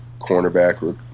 cornerback